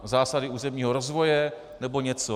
Zásady územního rozvoje nebo něco?